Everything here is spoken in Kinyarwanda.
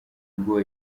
ubwo